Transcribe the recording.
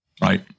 right